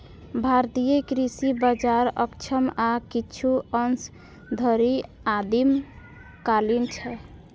भारतीय कृषि बाजार अक्षम आ किछु अंश धरि आदिम कालीन छै